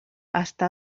està